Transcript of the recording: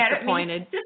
disappointed